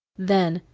then,